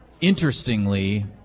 interestingly